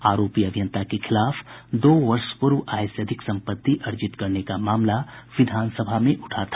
आरोपी अभियंता के खिलाफ दो वर्ष पूर्व आय से अधिक संपत्ति अर्जित करने का मामला विधानसभा में उठा था